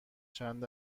چند